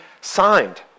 signed